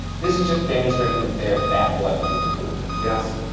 this is just demonstrating that there is bad blood between the two of them. yes.